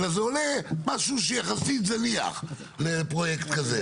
אלא זה עולה משהו שיחסית זניח לפרויקט כזה.